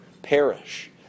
perish